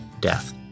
death